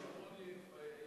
ביהודה ושומרון.